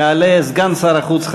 יעלה סגן שר החוץ,